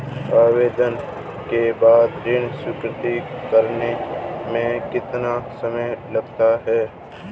आवेदन के बाद ऋण स्वीकृत करने में कितना समय लगता है?